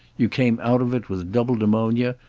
you came out of it with double pneumonia,